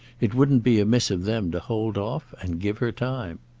it wouldn't be amiss of them to hold off and give her time.